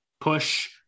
push